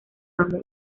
amo